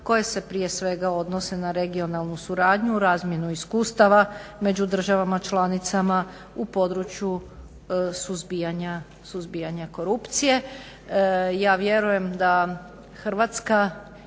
koje se prije svega odnose na regionalnu suradnju, razmjenu iskustava među državama članicama u području suzbijanja korupcije.